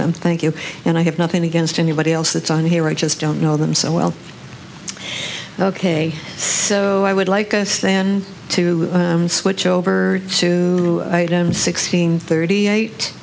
them thank you and i have nothing against anybody else that's on here i just don't know them so well ok so i would like us then to switch over to sixteen thirty eight